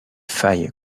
failles